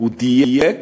הוא דייק